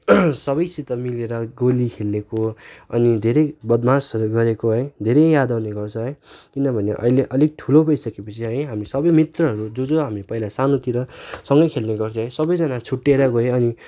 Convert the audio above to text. सबैसित मिलेर गोली खेलेको अनि धेरै बदमासहरू गरेको है धेरै याद आउने गर्छ है किनभने अहिले अलिक ठुलो भइसकेपछि है हामी सबै मित्रहरू जो जो हामी पहिला सानोतिर सँगै खेल्ने गर्थ्यो है सबैजना छुट्टिएर गयो अनि